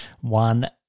one